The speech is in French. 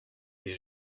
des